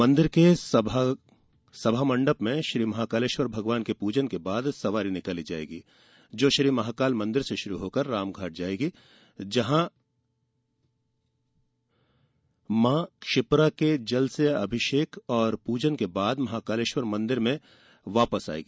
मंदिर के सभामण्डप में श्री महाकालेश्वर भगवान का पूजन के बाद सवारी निकाली जाएगी जो श्री महाकाल मंदिर से शुरू होकर रामघाट जायेगी जहां माँ क्षिप्रा के जल से अभिशेख और पूजन के बाद श्री महाकालेश्वर मंदिर में वापस आएगी